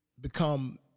become